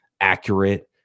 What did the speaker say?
accurate